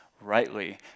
rightly